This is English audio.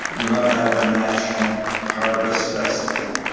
do not have a national harvest festival.